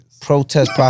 Protest